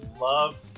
love